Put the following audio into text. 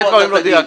הרבה דברים לא דייקת.